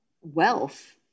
wealth